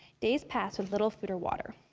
days passed with little food or water.